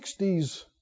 60s